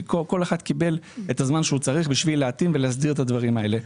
כל אחד קיבל את הזמן שהוא צריך בשביל להתאים ולהסדיר את הדברים האלה.